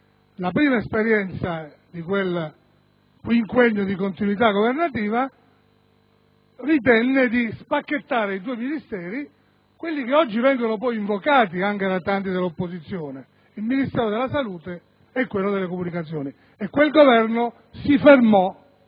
la prima esperienza di quel quinquennio di continuità governativa, ritenne di spacchettare due Ministeri, che poi oggi vengono invocati anche da tanti dell'opposizione, vale a dire il Ministero della salute e quello delle comunicazioni. E lì si fermò